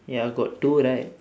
ya got two right